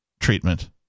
treatment